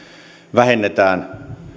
vähennetään